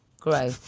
Grow